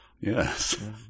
Yes